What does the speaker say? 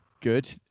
Good